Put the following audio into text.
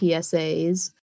psa's